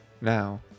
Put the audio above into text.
Now